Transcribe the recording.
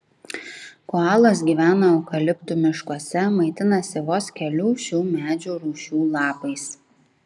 koalos gyvena eukaliptų miškuose maitinasi vos kelių šių medžių rūšių lapais